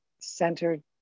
centered